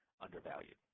undervalued